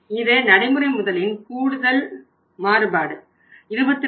இது நடைமுறை முதலின் கூடுதல் மாறுபாடு 22